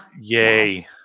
yay